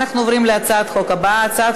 אנחנו עוברים להצעת החוק הבאה: הצעת